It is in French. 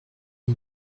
mis